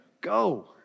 go